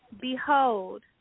Behold